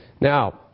Now